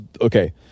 okay